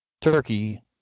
Turkey